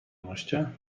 moście